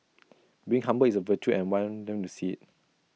being humble is A virtue and I want them to see